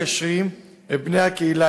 בני הקהילה